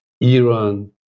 Iran